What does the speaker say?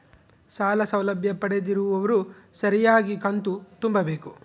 ಸಾಲ ಸೌಲಭ್ಯ ಪಡೆದಿರುವವರು ಸರಿಯಾಗಿ ಕಂತು ತುಂಬಬೇಕು?